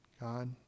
god